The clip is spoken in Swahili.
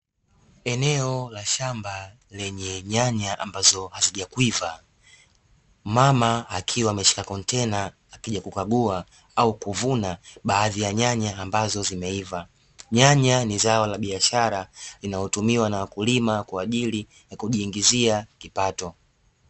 Eneo la shamba lenye nyanya ambazo hazijakwiva, mama akiwa ameshika kontena akija kukagua au kuvuna baadhi ya nyanya ambazo zimeiva, nyanya ni zao la biashara linalotumiwa na wakulima, kwa ajili ya kujiingizia kipato.